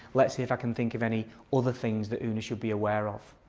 let's see if i can think of any other things that una should be aware of.